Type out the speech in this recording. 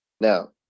Now